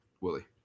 Willie